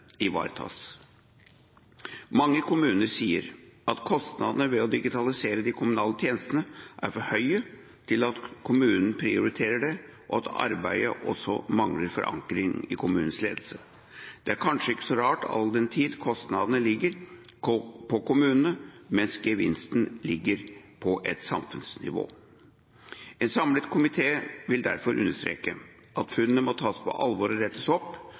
ivaretas. Mange kommuner sier at kostnadene ved å digitalisere de kommunale tjenestene er for høye til at kommunen prioriterer det, og at arbeidet også mangler forankring i kommunens ledelse. Det er kanskje ikke så rart all den tid kostnadene ligger på kommunene, mens gevinsten ligger på samfunnsnivå. En samlet komité vil derfor understreke at funnene må tas på alvor og rettes opp,